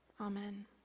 Amen